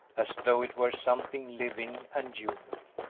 as though it were something living and human.